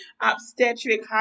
Obstetric